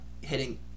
hitting